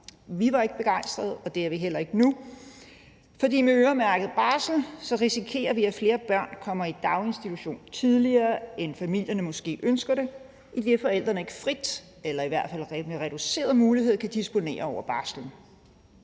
Vi var ikke begejstrede, og det er vi heller ikke nu. For med øremærket barsel risikerer vi, at flere børn kommer i daginstitution tidligere, end familierne måske ønsker det, idet forældrene ikke frit eller i hvert fald kun med reduceret mulighed kan disponere over barslen,